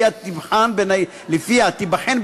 שלפיה תיבחן,